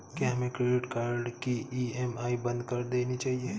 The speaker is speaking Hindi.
क्या हमें क्रेडिट कार्ड की ई.एम.आई बंद कर देनी चाहिए?